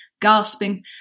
gasping